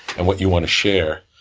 and what you wanna share.